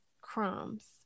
Crumbs